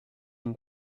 une